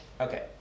Okay